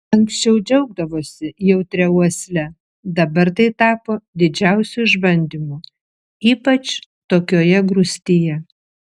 anksčiau džiaugdavosi jautria uosle dabar tai tapo didžiausiu išbandymu ypač tokioje grūstyje